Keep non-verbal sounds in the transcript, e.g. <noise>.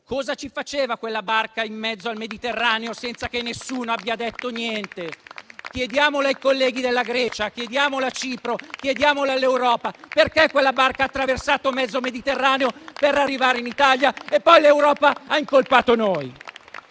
Cosa ci faceva quella barca in mezzo al Mediterraneo, senza che nessuno abbia detto niente? <applause> Chiediamolo ai colleghi della Grecia, a Cipro e all'Europa: perché quella barca ha attraversato mezzo Mediterraneo per arrivare in Italia e poi l'Europa ha incolpato noi?